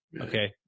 okay